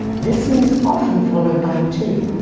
listen is often followed by to.